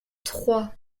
trois